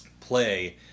Play